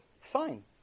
fine